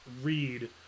read